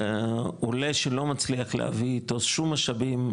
עולה שלא מצליח להביא איתו שום משאבים,